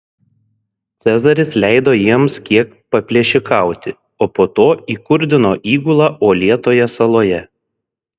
cezaris leido jiems kiek paplėšikauti o po to įkurdino įgulą uolėtoje saloje